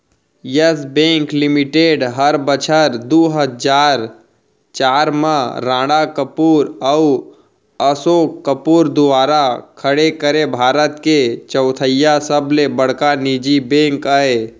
yes Bank Limited हर बछर दू हजार चार म राणा कपूर अउ असोक कपूर दुवारा खड़े करे भारत के चैथइया सबले बड़का निजी बेंक अय